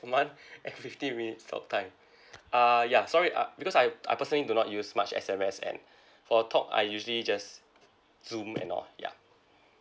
per month and fifteen minutes talk time uh ya sorry uh because I I personally do not use much S_M_S and for talk I usually just zoom and all ya